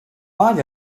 find